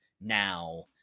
now